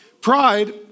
Pride